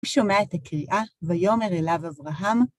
שומע את הקריאה, ויאמר אליו אברהם,